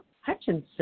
Hutchinson